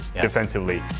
defensively